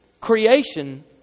creation